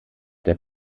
der